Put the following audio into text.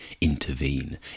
intervene